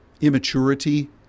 immaturity